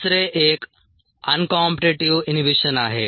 तिसरे एक uncompetitive inhibition आहे